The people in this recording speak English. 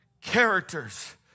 characters